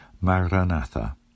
Maranatha